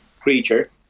creature